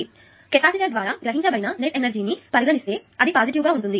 కాబట్టి కెపాసిటర్ ద్వారా గ్రహించబడిన నెట్ ఎనర్జీ ని పరిగణిస్తే అది పాజిటివ్ గా ఉంటుంది